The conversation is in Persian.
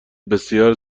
بسیار